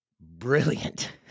brilliant